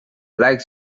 like